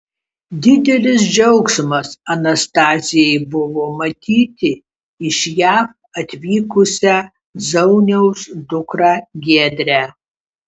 didelis džiaugsmas anastazijai buvo matyti iš jav atvykusią zauniaus dukrą giedrę